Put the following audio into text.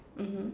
mmhmm